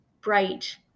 bright